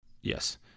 Yes